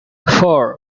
four